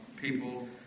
people